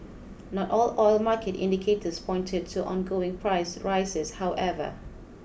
not all oil market indicators pointed to on going price rises however